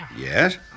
Yes